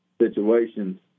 situations